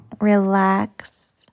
relax